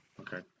okay